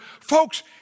folks